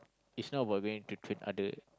is not about going to trick other